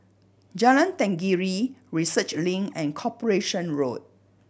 Jalan Tenggiri Research Link and Corporation Road